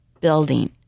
building